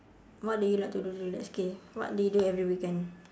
what do you like to do to relax okay what do you do every weekend